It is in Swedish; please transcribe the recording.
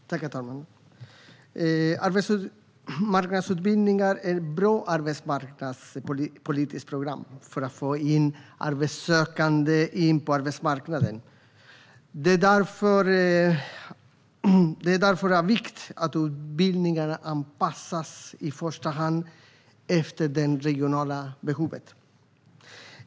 Herr talman! Arbetsmarknadsutbildningar är ett bra arbetsmarknadspolitiskt program för att få in arbetssökande på arbetsmarknaden. Det är därför av vikt att utbildningarna anpassas i första hand efter det regionala behovet.